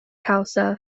causa